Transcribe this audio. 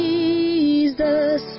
Jesus